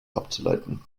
abzuleiten